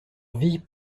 vies